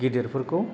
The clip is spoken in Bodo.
गेदेरफोरखौ